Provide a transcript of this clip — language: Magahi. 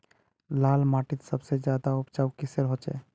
लाल माटित सबसे ज्यादा उपजाऊ किसेर होचए?